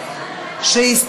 מרצ.